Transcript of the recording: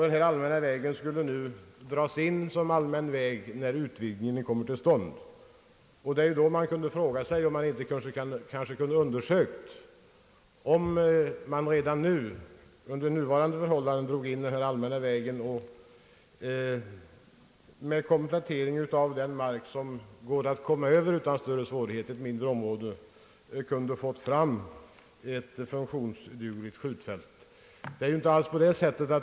Den vägen skulle dras in som allmän väg när utvidgningen kommer till stånd. Man kan då fråga sig om inte möjligheterna att redan un Ang. utvidgning av Kråks skjutfält der nuvarande förhållanden dra in den allmänna vägen borde ha undersökts jämte en komplettering med den mark som utan större svårigheter kan förvärvas för att få fram ett funktionsdugligt skjutfält.